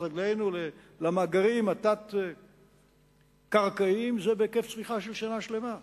רגלינו ולמאגרים התת-קרקעיים זה בהיקף צריכה של שנה שלמה.